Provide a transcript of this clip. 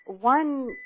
one